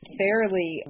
fairly